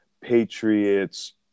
Patriots